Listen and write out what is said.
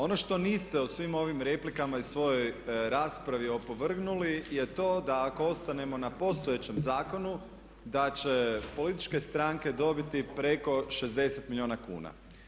Ono što niste u svim ovim replikama i svojoj raspravi opovrgnuli je to da ako ostanemo na postojećem zakonu da će političke stranke dobiti preko 60 milijuna kuna.